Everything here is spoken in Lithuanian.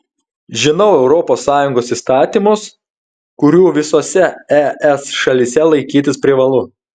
žinau europos sąjungos įstatymus kurių visose es šalyse laikytis privalu